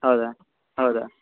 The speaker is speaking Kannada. ಹೌದಾ ಹೌದಾ